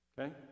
Okay